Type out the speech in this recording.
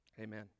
amen